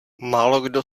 málokdo